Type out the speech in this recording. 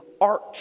arch